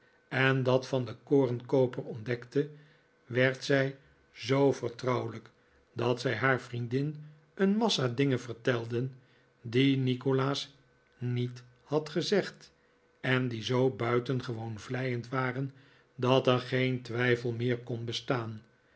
en dat van den korenkooper ontdekte werd zij zoo vertrouwelijk dat zij haar vriendin een massa dingen yertelde die nikolaas niet had gezegd en die zoo buitengewoon vleiend waren dat er geen twijfel meer kon bestaan